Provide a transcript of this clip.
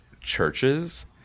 churches